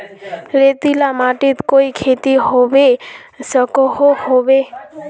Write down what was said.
रेतीला माटित कोई खेती होबे सकोहो होबे?